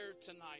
tonight